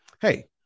hey